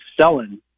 selling